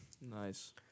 Nice